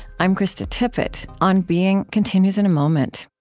i'm krista tippett. on being continues in a moment